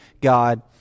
God